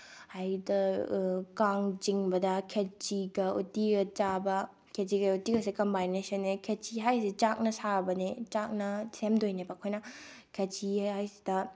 ꯍꯥꯏꯗꯤ ꯀꯥꯡ ꯆꯤꯡꯕꯗ ꯈꯦꯆꯤꯒ ꯎꯇꯤꯒ ꯆꯥꯕ ꯈꯦꯆꯤꯒ ꯎꯇꯤꯒꯁꯦ ꯀꯝꯕꯥꯏꯅꯦꯁꯟꯅꯦ ꯈꯦꯆꯤ ꯍꯥꯏꯁꯦ ꯆꯥꯛꯅ ꯁꯥꯕꯅꯦ ꯆꯥꯛꯅ ꯁꯦꯝꯗꯣꯏꯅꯦꯕ ꯑꯩꯈꯣꯏꯅ ꯈꯦꯆꯤ ꯍꯥꯏꯁꯤꯗ